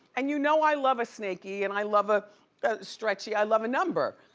and you know i love a snakey and i love a stretchy, i love a number.